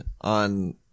on